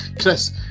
Chris